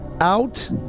Out